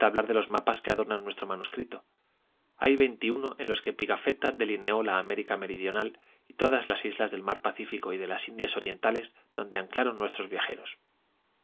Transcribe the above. hablar de los mapas que adornan nuestro manuscrito hay veintiuno en los que pigafetta delineó la américa meridional y todas las islas del mar pacífico y de las indias orientales donde anclaron nuestros viajeros